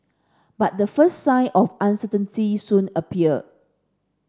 but the first sign of uncertainty soon appeared